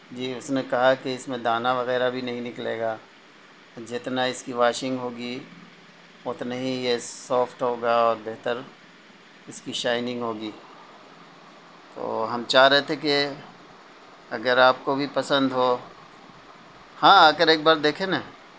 جی اس نے کہا کہ اس میں دانا وغیرہ بھی نہیں نکلے گا جتنا اس کی واشنگ ہوگی اتنے ہی یہ سافٹ ہوگا اور بہتر اس کی شائننگ ہوگی تو ہم چاہ رہے تھے کہ اگر آپ کو بھی پسند ہو ہاں اگر ایک بار دیکھے نا